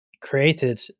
created